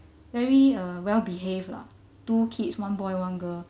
very uh well behaved lah two kids one boy one girl